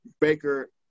Baker